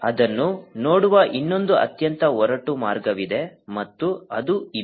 ಅದನ್ನು ನೋಡುವ ಇನ್ನೊಂದು ಅತ್ಯಂತ ಒರಟು ಮಾರ್ಗವಿದೆ ಮತ್ತು ಅದು ಇದು